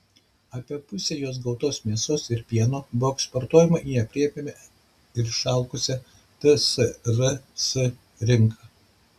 apie pusę jos gautos mėsos ir pieno buvo eksportuojama į neaprėpiamą ir išalkusią tsrs rinką